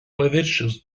paviršius